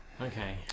okay